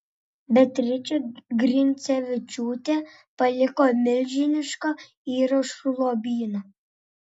beatričė grincevičiūtė paliko milžinišką įrašų lobyną